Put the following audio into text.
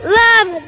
love